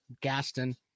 Gaston